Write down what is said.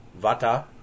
vata